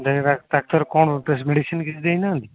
ନାଇଁ ନାଇଁ ଡା ଡାକ୍ତର କ'ଣ ପ୍ରେସ ମେଡ଼ିସିନ୍ କିଛି ଦେଇ ନାହାନ୍ତି